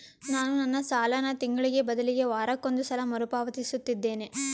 ನಾನು ನನ್ನ ಸಾಲನ ತಿಂಗಳಿಗೆ ಬದಲಿಗೆ ವಾರಕ್ಕೊಂದು ಸಲ ಮರುಪಾವತಿಸುತ್ತಿದ್ದೇನೆ